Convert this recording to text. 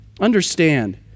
Understand